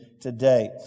today